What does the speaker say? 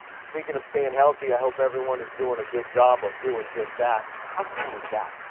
speaking of staying healthy, i hope everyone is doing a good job of doing just that. how cool is that?